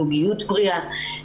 זוגיות בריאה.